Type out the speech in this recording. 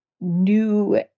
new